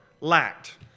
lacked